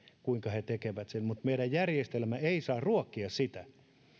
kuinka he tekevät sen mutta meidän järjestelmämme ei saa ruokkia sitä